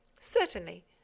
Certainly